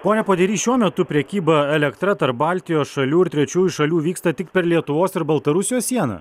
pone podery šiuo metu prekyba elektra tarp baltijos šalių ir trečiųjų šalių vyksta tik per lietuvos ir baltarusijos sieną